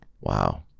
Wow